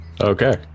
okay